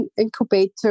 incubator